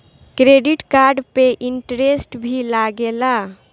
Credit card पे interest भी लागेला?